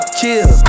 chill